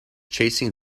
chasing